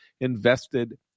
invested